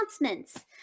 announcements